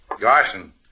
Garson